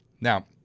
Now